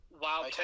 Wow